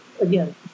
again